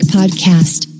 Podcast